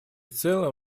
целом